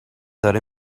داره